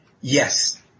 yes